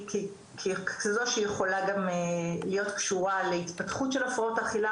כזו שיכולה גם להיות קשורה להתפתחות של הפרעות אכילה,